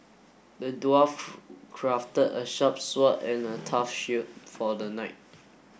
the dwarf crafted a sharp sword and a tough shield for the knight